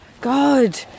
God